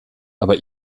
aber